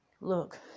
look